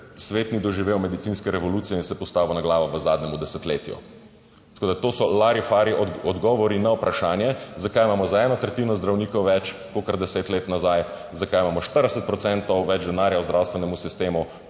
svet ni doživel medicinske revolucije in se postavil na glavo v zadnjem desetletju, tako da to so larifari. Odgovori na vprašanje, zakaj imamo za eno tretjino zdravnikov več kakor deset let nazaj, zakaj imamo 40 procentov več denarja v zdravstvenem sistemu